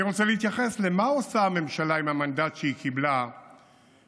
אני רוצה להתייחס למה עושה הממשלה עם המנדט שהיא קיבלה כרגע,